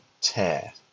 tear